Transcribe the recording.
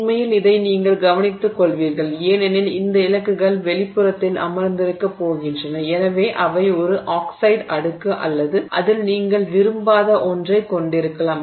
உண்மையில் இதை நீங்கள் கவனித்துக்கொள்வீர்கள் ஏனெனில் இந்த இலக்குகள் வெளிப்புறத்தில் அமர்ந்திருக்கப் போகின்றன எனவே அவை ஒரு ஆக்சைடு அடுக்கு அல்லது அதில் நீங்கள் விரும்பாத ஒன்றைக் கொண்டிருக்கலாம்